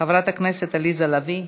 חברת הכנסת עליזה לביא,